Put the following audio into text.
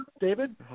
David